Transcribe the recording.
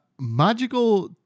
Magical